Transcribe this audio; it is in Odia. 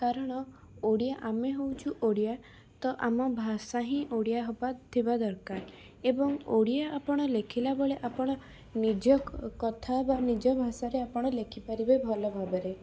କାରଣ ଓଡ଼ିଆ ଆମେ ହଉଛୁ ଓଡ଼ିଆ ତ ଆମ ଭାଷା ହିଁ ଓଡ଼ିଆ ହବା ଥିବା ଦରକାର ଏବଂ ଓଡ଼ିଆ ଆପଣ ଲେଖିଲାବେଳେ ଆପଣ ନିଜ କଥା ବା ନିଜ ଭାଷାରେ ଆପଣ ଲେଖିପାରିବେ ଭଲଭାବରେ